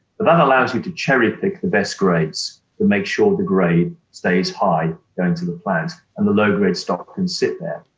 that allows you to cherry-pick the best grades to make sure the grade stays high going to the plant and the low-grades stop and sit there.